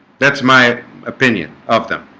that's my opinion of them